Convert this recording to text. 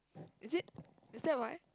is it is that why